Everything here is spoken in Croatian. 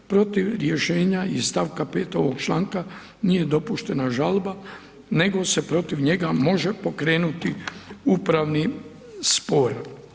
Protiv rješenja iz st. 5. ovog članka nije dopuštena žalba, nego se protiv njega može pokrenuti upravni spor.